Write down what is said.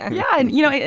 yeah, and, you know,